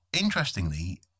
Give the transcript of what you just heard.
interestingly